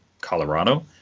Colorado